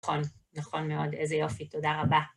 נכון, נכון מאוד, איזה יופי, תודה רבה.